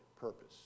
purpose